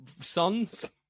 sons